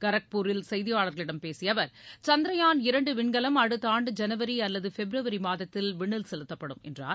கோர்பூரில் செய்தியாளர்களிடம் பேசிய அவர் சந்திரயாள் இரண்டு விண்கலம் அடுத்த ஆண்டு ஜனவரி அல்லது பிப்ரவரி மாதத்தில் விண்ணில் செலுத்தப்படும் என்றார்